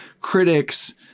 critics